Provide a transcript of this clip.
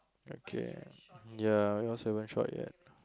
okay ya yours haven't shot yet